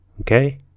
okay